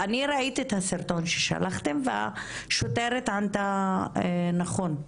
אני ראיתי את הסרטון ששלחתם, והשוטרת ענתה נכון.